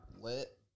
lit